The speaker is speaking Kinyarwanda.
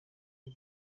n’u